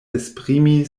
esprimi